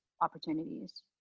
opportunities